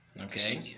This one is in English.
Okay